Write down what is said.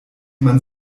man